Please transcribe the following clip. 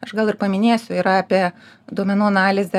aš gal ir paminėsiu yra apie duomenų analizę